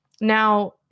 Now